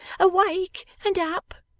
awake and up